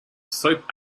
soap